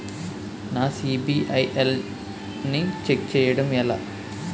నా సిబిఐఎల్ ని ఛెక్ చేయడం ఎలా?